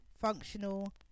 functional